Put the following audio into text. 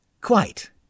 Quite